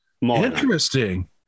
Interesting